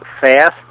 fast